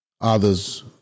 others